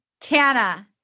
Tana